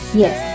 yes